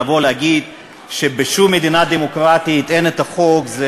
לבוא ולהגיד שבשום מדינה דמוקרטית אין החוק זה